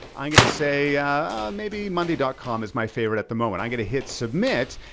i'm gonna say maybe monday dot com is my favorite at the moment. i'm gonna hit submit,